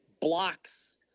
blocks